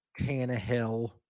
Tannehill